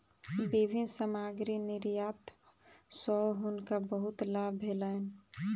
विभिन्न सामग्री निर्यात सॅ हुनका बहुत लाभ भेलैन